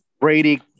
Brady